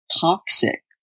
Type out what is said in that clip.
toxic